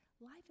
life